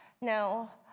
Now